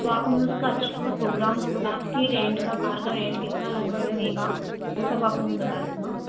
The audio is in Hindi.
तो आप हमें उसका अच्छा सा प्रोग्राम रात के रेंट का कार का रेंट कितना लगभग रहेगा वो सब आप हमें बता देना